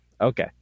Okay